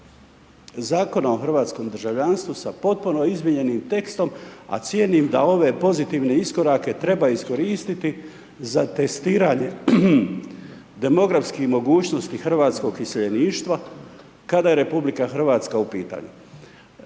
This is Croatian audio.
Zakona o hrvatskom državljanstvu sa potpuno izmijenjenim tekstom a cijenim da ove pozitivne iskorake treba iskoristiti za testiranje demografskih mogućnosti hrvatskog iseljeništva kada je RH u pitanju.